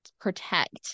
protect